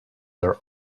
their